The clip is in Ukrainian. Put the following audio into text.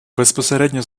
безпосередньо